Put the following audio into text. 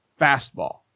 fastball